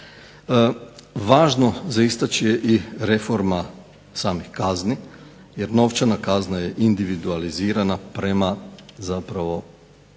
Važno za istaći je i reforma samih kazni, jer novčana kazna je individualizirana prema zapravo